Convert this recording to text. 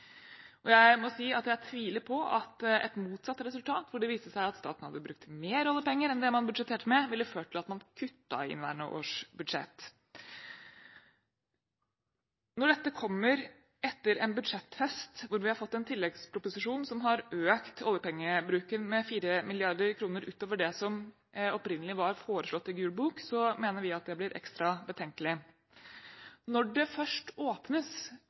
Jeg må si at jeg tviler på at et motsatt resultat, hvor det viste seg at staten hadde brukt mer oljepenger enn det man budsjetterte med, ville ført til at man kuttet i inneværende års budsjett. Når dette kommer etter en budsjetthøst, hvor vi har fått en tilleggsproposisjon som har økt oljepengebruken med 4 mrd. kr utover det som opprinnelig var foreslått i Gul bok, mener vi at det blir ekstra betenkelig. Når det først åpnes